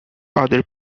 other